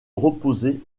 reposer